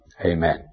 amen